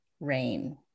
Rain